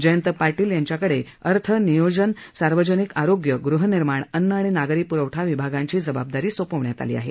जयंत पाटील अर्थ नियोजन सार्वजनिक आरोग्य गहनिर्माण अन्न आणि नागरी प्रवठा विभागांची जबाबदारी सोपवण्यात आली आहे